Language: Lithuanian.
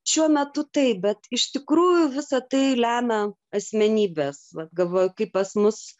šiuo metu taip bet iš tikrųjų visa tai lemia asmenybės vat galvoju kaip pas mus